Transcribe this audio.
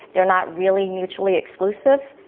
they're not really mutually exclusive,